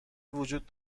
وجود